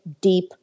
deep